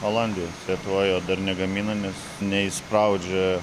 olandijoj lietuvoj jo dar negamina nes neįspraudžia